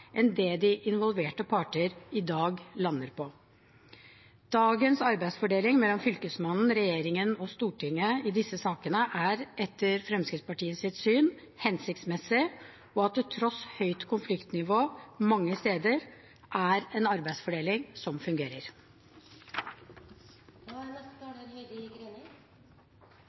enn det de involverte parter i dag lander på. Dagens arbeidsdeling mellom Fylkesmannen, regjeringen og Stortinget i disse sakene er etter Fremskrittspartiets syn hensiktsmessig, og til tross for høyt konfliktnivå mange steder, er det en arbeidsdeling som fungerer. Inndelingsloven slår fast at det er